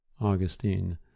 Augustine